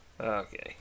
Okay